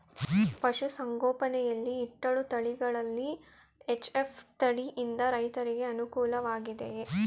ಪಶು ಸಂಗೋಪನೆ ಯಲ್ಲಿ ಇಟ್ಟಳು ತಳಿಗಳಲ್ಲಿ ಎಚ್.ಎಫ್ ತಳಿ ಯಿಂದ ರೈತರಿಗೆ ಅನುಕೂಲ ವಾಗಿದೆಯೇ?